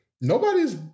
Nobody's